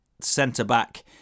centre-back